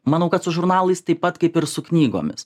manau kad su žurnalais taip pat kaip ir su knygomis